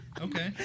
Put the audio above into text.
Okay